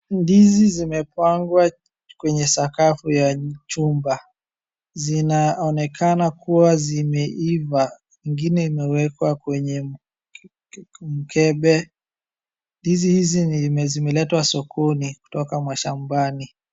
Ndizi zimepangwa kwenye sakafu ya chumba. Zinaonekana kuwa zimeiva, zingine zimewekwa kwenye mkebe, ndizi hizi zimeletwa sokoni kutoka mashambani.